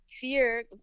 fear